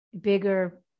bigger